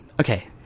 Okay